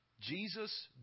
Jesus